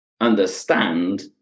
understand